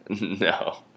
No